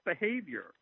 behavior